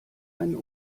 ein